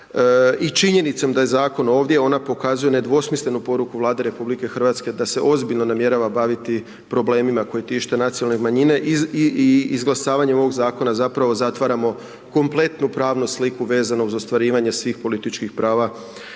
i činjenicom da je Zakon ovdje, ona pokazuje nedvosmislenu poruku Vlade Republike Hrvatske da se ozbiljno namjerava baviti problemima koji tište nacionalne manjine, i izglasavanjem ovog Zakona zapravo zatvaramo kompletnu pravnu sliku vezano uz ostvarivanje svih političkih prava